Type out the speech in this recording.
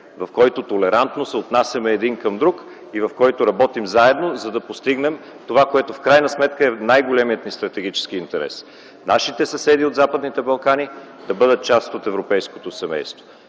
в който толерантно се отнасяме един към друг и в който работим заедно, за да постигнем това, което в крайна сметка е най-големият ни стратегически интерес – нашите съседи от Западните Балкани да бъдат част от европейското семейство.